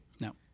No